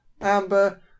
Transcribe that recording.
Amber